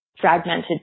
fragmented